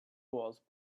was